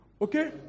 Okay